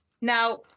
now